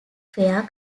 fare